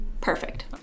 perfect